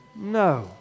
No